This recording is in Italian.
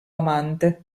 amante